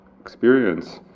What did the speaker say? experience